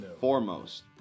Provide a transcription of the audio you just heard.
foremost